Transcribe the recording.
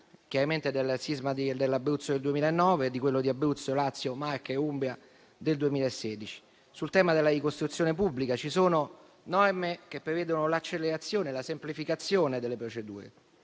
riferimento al sisma dell'Abruzzo del 2009 e di quello di Abruzzo, Lazio, Marche e Umbria del 2016. Sul tema della ricostruzione pubblica ci sono norme che prevedono l'accelerazione e la semplificazione delle procedure.